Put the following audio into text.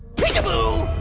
peek-a-boo!